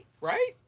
right